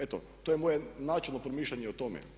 Eto, to je moje načelno promišljanje o tome.